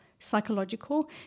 Psychological